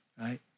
right